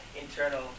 internal